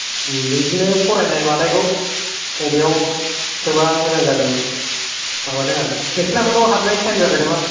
बिदिनो फरायनाय मानायखौ बबेयाव सोब्ला मोजां जागोन माबादों आरो नोंसोनाबोथ' हाबनाय टाइम जाबाय नामा